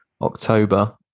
October